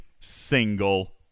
single